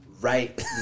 right